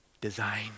design